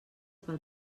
pel